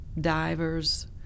divers